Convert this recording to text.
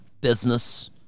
business